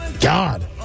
God